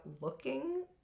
looking